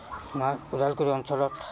আমাৰ ওদালগুৰি অঞ্চলত